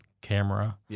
camera